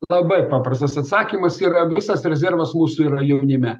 labai paprastas atsakymas yra visas rezervas mūsų yra jaunime